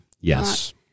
Yes